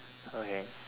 okay